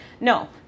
No